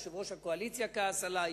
יושב-ראש הקואליציה כעס עלי,